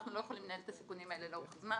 אנחנו לא יכולים לנהל את הסיכונים האלה לאורך זמן,